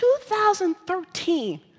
2013